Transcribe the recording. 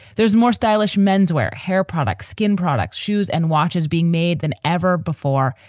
there's more stylish menswear, hair products, skin products, shoes and watches being made than ever before.